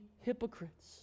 hypocrites